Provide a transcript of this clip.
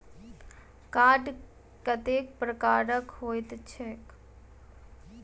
Card कतेक प्रकारक होइत छैक?